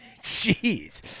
Jeez